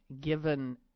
given